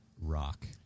rock